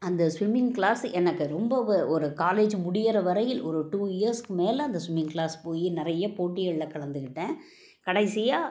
அந்த swimming class எனக்கு ரொம்பவே ஒரு காலேஜ்ஜு முடியிற வரையில் ஒரு டூ இயர்ஸ்க்கு மேலே அந்த ஸ்விம்மிங் க்ளாஸ் போய் நிறைய போட்டிகளில் கலந்துக்கிட்டேன் கடைசியாக